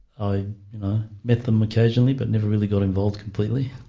i you know met them occasionally, but never really got involved completely.